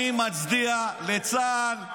אני מצדיע לצה"ל,